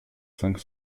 cinq